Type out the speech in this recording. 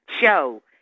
show